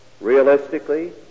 realistically